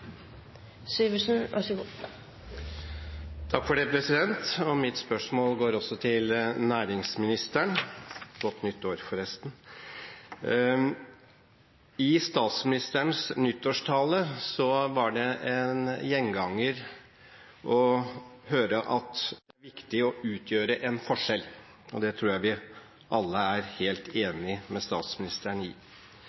Mitt spørsmål går også til næringsministeren. Godt nytt år, forresten. I statsministerens nyttårstale hørte vi gjentatte ganger at det er viktig å utgjøre en forskjell. Det tror jeg vi alle er helt enig med statsministeren i.